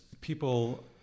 people